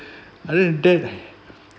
other than that